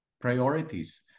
priorities